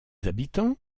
habitants